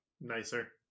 nicer